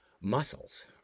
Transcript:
muscles